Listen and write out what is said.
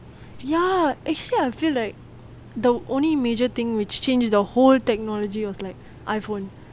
ya actually I feel like the only major thing which changes the whole technology was like iPhone